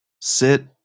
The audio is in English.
sit